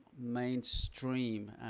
mainstream